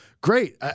great